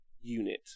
unit